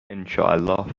انشااله